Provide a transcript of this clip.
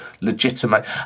legitimate